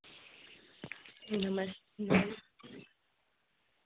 नमस्ते